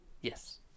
Yes